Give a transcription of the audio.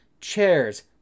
Chairs